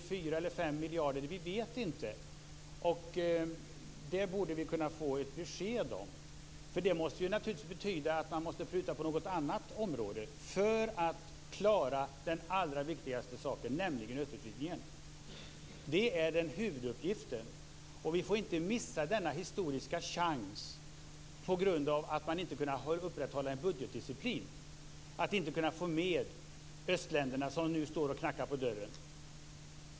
Vi vet inte om det är 1, 2, 3, 4 eller 5 miljarder. Där borde vi få ett besked. Det måste naturligtvis betyda att man måste pruta på något annat område för att klara den allra viktigaste uppgiften, nämligen östutvidgningen. Det är huvuduppgiften. Vi får inte, på grund av att man inte kunnat upprätthålla en budgetdisciplin, missa denna historiska chans att få med öststater som nu knackar på dörren.